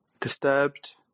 disturbed